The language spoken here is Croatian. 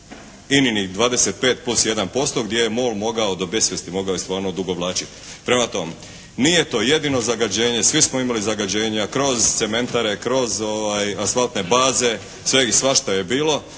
INA-nih 25 plus 1 posto gdje je mol mogao do besvijesti, mogao je stvarno odugovlačiti. Prema tome, nije to jedino zagađenje, svi smo imali zagađenja kroz cementare, kroz asfaltne baze, svašta je bilo.